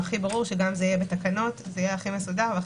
ברור לנו שגם אם זה יהיה בתקנות זה יהיה הכי ברור ומסודר.